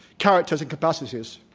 characters, and capacities.